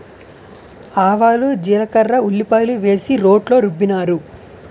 ఆవాలు జీలకర్ర ఉల్లిపాయలు వేసి రోట్లో రుబ్బినారు